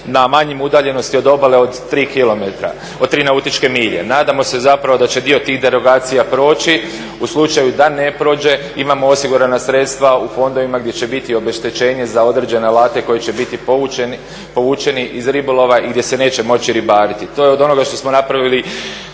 na manjoj udaljenosti od obale od 3 nautičke milje. Nadamo se zapravo da će dio tih derogacija proći. U slučaju da ne prođe imamo osigurana sredstva u fondovima gdje će biti obeštećenje za određene alate koji će biti povučeni iz ribolova i gdje se neće moći ribariti. To je od onoga što smo napravili